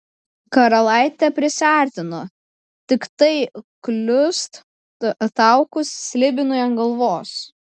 karalaitė prisiartino tiktai kliust taukus slibinui ant galvos